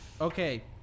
Okay